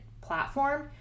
platform